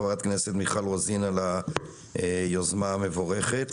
חברת הכנסת מיכל רוזין על היוזמה המבורכת.